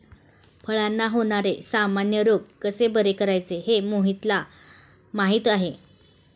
फळांला होणारे सामान्य रोग कसे बरे करायचे हे मोहितला माहीती आहे